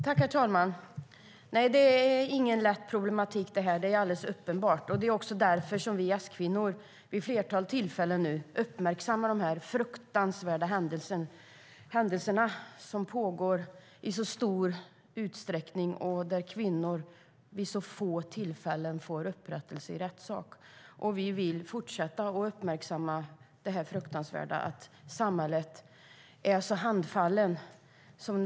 Herr talman! Det här är inte ett lätt problem. Det är alldeles uppenbart. Det är därför vi S-kvinnor vid ett flertal tillfällen har uppmärksammat de fruktansvärda händelserna som pågår i så stor utsträckning och där kvinnor vid så få tillfällen får upprättelse i rättssak. Vi vill fortsätta att uppmärksamma det fruktansvärda att samhället är så handfallet.